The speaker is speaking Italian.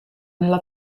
nella